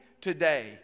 today